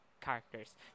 characters